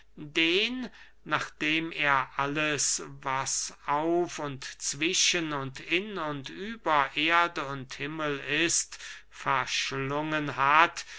den nachdem er alles was auf und zwischen und in und über erde und himmel ist verschlungen hat